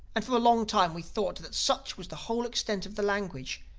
and for a long time we thought that such was the whole extent of the language,